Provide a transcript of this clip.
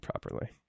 properly